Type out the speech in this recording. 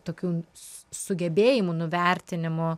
tokių sugebėjimų nuvertinimo